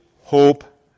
hope